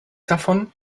davon